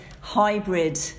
hybrid